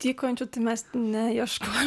tykojančių tai mes neieškojom